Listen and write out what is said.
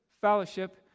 fellowship